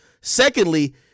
Secondly